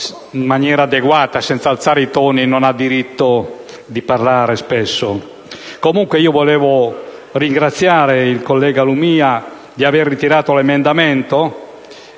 in maniera adeguata, senza alzare i toni, non ha diritto di parlare spesso. Volevo comunque ringraziare il collega Lumia per aver ritirato l'emendamento